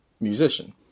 musician